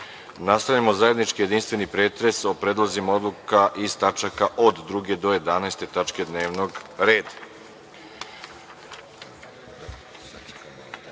zajednički jedinstveni pretres o predlozima odluka iz tačaka od 2. do 11. tačke dnevnog